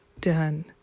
done